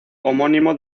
homónimo